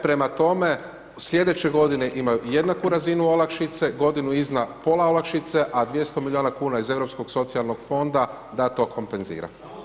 Prema tome, sljedeće g. imaju jednaku razinu olakšice, godinu iza pola olakšice, a 200 milijuna iz europskog socijalnog fonda da to kompenzira.